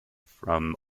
from